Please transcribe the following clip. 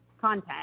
content